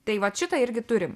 tai vat šitą irgi turim